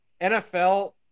NFL –